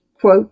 quote